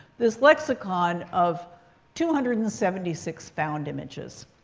this lexicon of two hundred and seventy six found images.